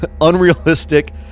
unrealistic